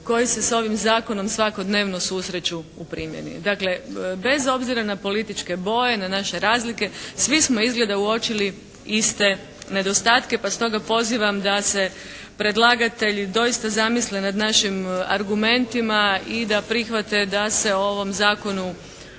koji se sa ovim zakonom svakodnevno susreću u primjeni, dakle bez obzira na političke boje, na naše razlike svi smo izgleda uočili iste nedostatke pa stoga pozivam da se predlagatelji doista zamisle nad našim argumentima i da prihvate da se o ovom zakonu